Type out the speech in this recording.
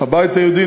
הבית היהודי,